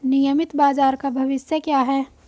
नियमित बाजार का भविष्य क्या है?